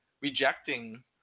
rejecting